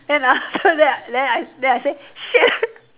then after that then I then I said shit